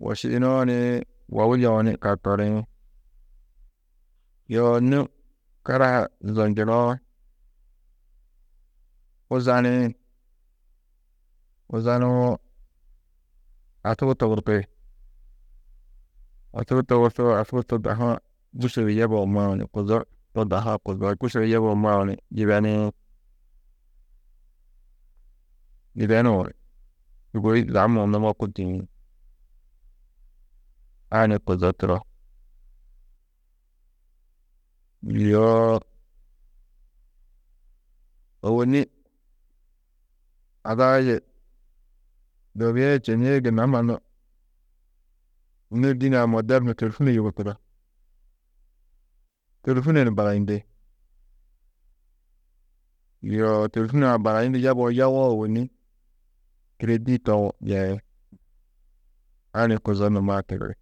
Wošiyinoo nii, wowu yeu ni ka toriĩ, yo nû karaha zonjunoo, huzaniĩ, huzanuwo asubu togurki, asubu togurkoo, asubu to dahu-ã gûrso du yebuũ mau ni kuzo to dahu-ã kuzo, gûrso du yebuũ mau ni yibeniĩ, yibenuũ ni sûgoi zamuũ numo kûrtiĩ, a ni kuzo turo, yoo ôwonni ada-ã yê dobia yê čênie gunna mannu nû dîne-ã môdernu tôlhuno yugurkudo, tôlhuno ni barayindi, yoo tôlhun-ã barayundu yebuũ yewo, ôwonni kîredi toũ yeĩ, a ni kuzo numaa tigiri.